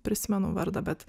prisimenu vardą bet